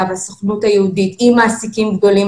והסוכנות היהודית עם מעסיקים גדולים.